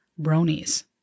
Bronies